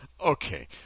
Okay